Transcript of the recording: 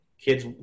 kids